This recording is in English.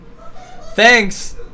Thanks